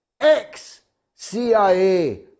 ex-CIA